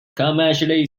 commercially